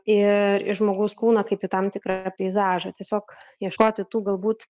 ir į žmogaus kūną kaip į tam tikrą peizažą tiesiog ieškoti tų galbūt